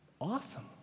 awesome